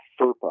FERPA